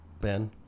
Ben